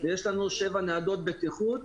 יש לנו שבע ניידות בטיחות,